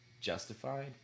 justified